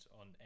on